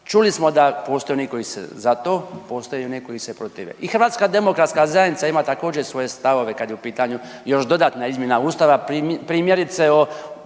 Čuli smo da postoje oni koji su za to, postoje oni koji se protive i HDZ ima također svoje stavove kad je u pitanju još dodatna izmjena ustava, primjerice o